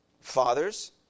Fathers